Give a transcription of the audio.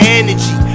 energy